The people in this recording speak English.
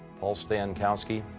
paul stankowski.